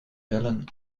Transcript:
bellen